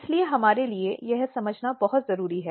इसलिए हमारे लिए यह समझना बहुत जरूरी है